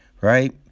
right